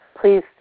please